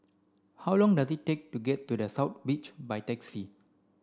how long does it take to get to The South Beach by taxi